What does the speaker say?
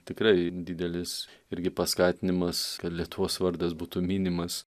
tikrai didelis irgi paskatinimas kad lietuvos vardas būtų minimas